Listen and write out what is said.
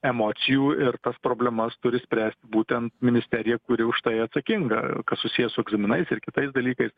emocijų ir tas problemas turi spręsti būtent ministerija kuri už tai atsakinga kas susiję su egzaminais ir kitais dalykais